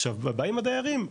עכשיו באים הדיירים,